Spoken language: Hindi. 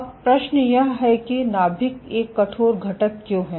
अब प्रश्न यह है कि नाभिक एक कठोर घटक क्यों है